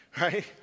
Right